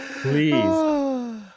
please